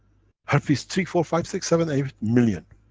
herpes, three, four, five, six, seven, eight, million.